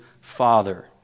Father